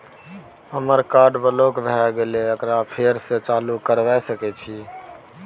हमर card block भ गेले एकरा फेर स चालू करबा सके छि?